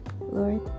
lord